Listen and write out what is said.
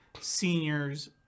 seniors